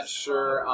sure